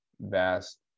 vast